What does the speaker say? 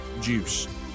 Juice